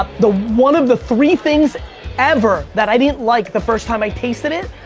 the one of the three things ever that i didn't like the first time i tasted it.